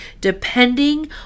depending